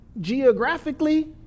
geographically